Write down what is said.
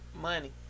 money